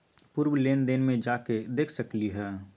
पूर्व लेन देन में जाके देखसकली ह?